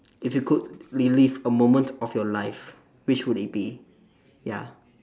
if you could relive a moment of your life which would it be ya